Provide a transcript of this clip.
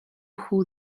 who